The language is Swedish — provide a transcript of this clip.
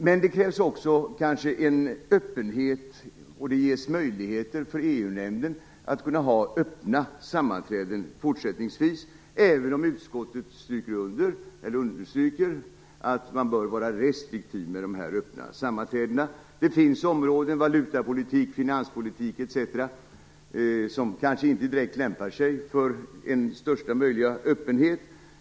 Men det krävs kanske också just öppenhet, och det ges därför möjlighet för EU nämnden att ha öppna sammanträden fortsättningsvis, även om utskottet understryker att man bör vara restriktiv med de öppna sammanträdena. Det finns områden - valutapolitik, finanspolitik etc. - som kanske inte direkt lämpar sig för största möjliga öppenhet.